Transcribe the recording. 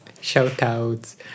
shout-outs